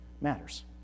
matters